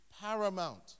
paramount